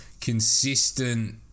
consistent